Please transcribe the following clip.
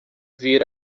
vir